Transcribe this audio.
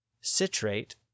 citrate